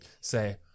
say